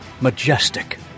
majestic